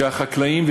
לחקלאים,